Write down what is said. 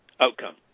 outcome